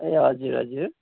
ए हजुर हजुर